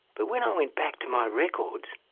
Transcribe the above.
but when i went back to my records,